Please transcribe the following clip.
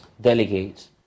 delegates